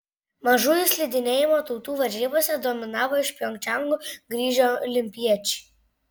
mažųjų slidinėjimo tautų varžybose dominavo iš pjongčango grįžę olimpiečiai